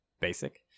basic